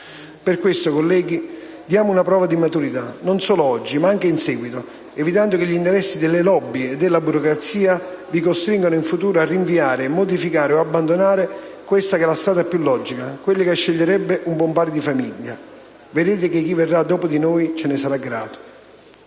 Per questo, colleghi, diamo una prova di maturità, non solo oggi, ma anche in seguito, evitando che gli interessi delle *lobby* e la burocrazia vi «costringano» in futuro a rinviare, modificare o abbandonare questa che è la strada più logica, quella che sceglierebbe un buon padre di famiglia. Vedrete che chi verrà dopo di noi ce ne sarà grato.